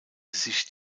sich